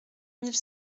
mille